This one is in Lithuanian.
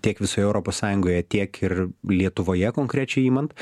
tiek visoje europos sąjungoje tiek ir lietuvoje konkrečiai imant